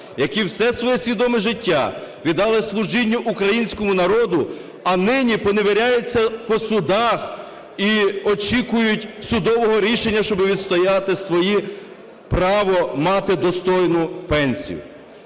які все своє свідоме життя віддали служінню українському народу, а нині поневіряються по судах і очікують судового рішення, щоб відстояти своє право мати достойну пенсію.